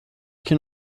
can